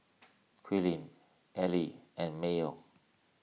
Quinn Allie and Mayo